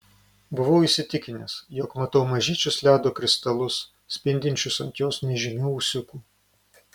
buvau įsitikinęs jog matau mažyčius ledo kristalus spindinčius ant jos nežymių ūsiukų